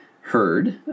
heard